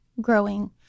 growing